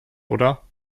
oder